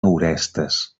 orestes